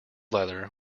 leather